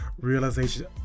realization